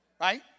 right